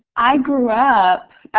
i grew up,